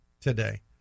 today